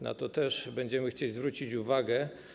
Na to też będziemy chcieli zwrócić uwagę.